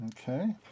Okay